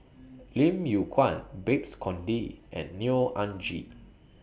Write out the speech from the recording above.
Lim Yew Kuan Babes Conde and Neo Anngee